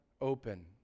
open